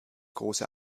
große